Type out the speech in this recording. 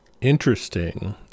Interesting